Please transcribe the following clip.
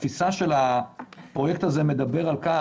כשהתפיסה של הפרויקט הזה מדברת על כך